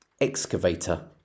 Excavator